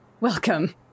welcome